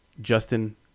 Justin